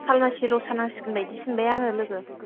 खालमासि रसा नांसिगोन बादिसो मोनबाय आङो लोगो